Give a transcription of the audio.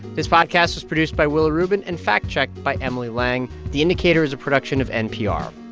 this podcast was produced by willa rubin and fact-checked by emily lang. the indicator is a production of npr